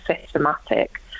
systematic